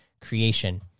creation